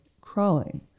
crawling